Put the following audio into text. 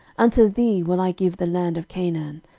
unto thee will i give the land of canaan,